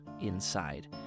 inside